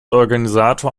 organisator